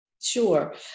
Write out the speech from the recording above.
Sure